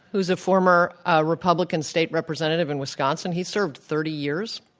who is a former ah republican state representative in wisconsin. he served thirty years.